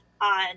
on